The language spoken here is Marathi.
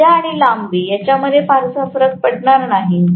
त्रिज्या आणि लांबी मध्ये फारसा फरक पडणार नाही